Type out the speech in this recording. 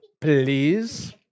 please